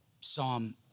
Psalm